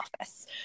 office